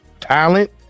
talent